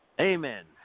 Amen